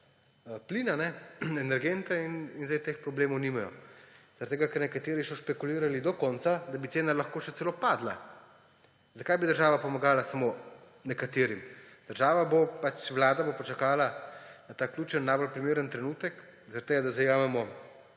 plin, energente in zdaj teh problemov nimajo. Nekateri so špekulirali do konca, da bi cena lahko še celo padla. Zakaj bi država pomagala samo nekaterim? Vlada bo počakala na ta ključen najbolj primeren trenutek, da zajamemo